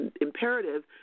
imperative